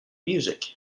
music